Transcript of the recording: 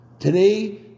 Today